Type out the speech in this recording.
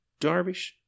Darvish